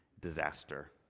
disaster